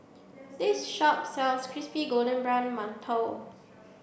this shop sells crispy golden brown Mantou